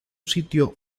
sitio